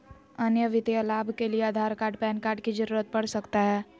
अन्य वित्तीय लाभ के लिए आधार कार्ड पैन कार्ड की जरूरत पड़ सकता है?